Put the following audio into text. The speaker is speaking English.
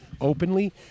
openly